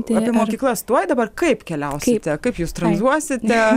apie mokyklas tuoj dabar kaip keliausite kaip jūs tranzuosite